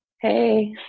Hey